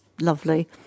lovely